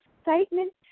excitement